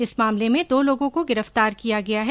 इस मामले में दो लोगों को गिरफ्तार किया गया है